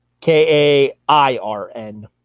k-a-i-r-n